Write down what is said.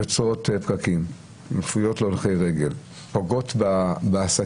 יוצרת פקקים, מפריעה להולכי רגל, פוגעת בעסקים.